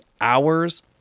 hours